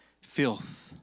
filth